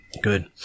Good